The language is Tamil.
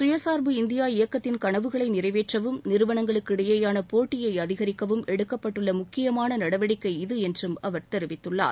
சுயசார்பு இந்தியா இயக்கத்தின் கனவுகளை நிறைவேற்றவும் நிறுவனங்களுக்கிடையிலான போட்டியை அதிகரிக்கவும் எடுக்கப்பட்டுள்ள முக்கியமான நடவடிக்கை இது என்றும் அவர் தெரிவித்தார்